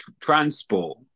transport